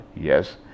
yes